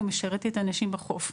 הוא משרת את האנשים בחוף.